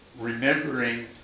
remembering